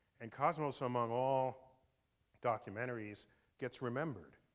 and cosmos among all documentaries gets remembered.